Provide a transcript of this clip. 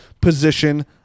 position